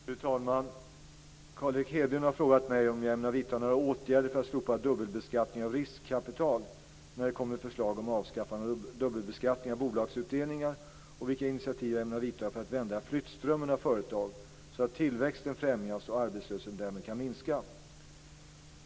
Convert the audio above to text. Fru talman! Carl Erik Hedlund har frågat mig om jag ämnar vidta några åtgärder för att slopa dubbelbeskattningen av riskkapital, när det kommer förslag om avskaffande av dubbelbeskattningen av bolagsutdelningar, och vilka initiativ jag ämnar vidta för att vända flyttströmmen av företag så att tillväxten främjas och arbetslösheten därmed kan minska.